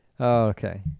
Okay